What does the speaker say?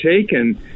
taken